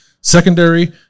secondary